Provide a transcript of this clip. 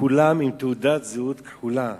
כולם עם תעודת זהות כחולה.